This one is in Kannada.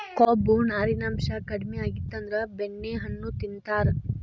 ಕೊಬ್ಬು, ನಾರಿನಾಂಶಾ ಕಡಿಮಿ ಆಗಿತ್ತಂದ್ರ ಬೆಣ್ಣೆಹಣ್ಣು ತಿಂತಾರ